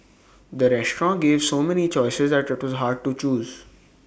the restaurant gave so many choices that IT was hard to choose